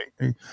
right